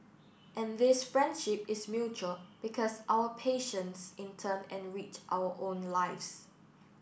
and this friendship is mutual because our patients in turn enrich our own lives